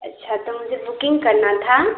अच्छा तो मुझे बुकिंग करना था